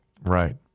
Right